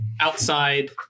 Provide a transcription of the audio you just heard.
outside